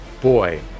Boy